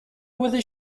whether